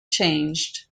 changed